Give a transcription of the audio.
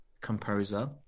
composer